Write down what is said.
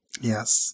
Yes